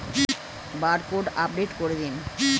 Barcode update করে দিন?